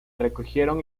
recogieron